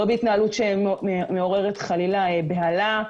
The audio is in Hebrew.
לא בהתנהלות שמעוררת חלילה בהלה,